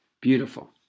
Beautiful